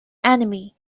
enemy